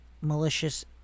malicious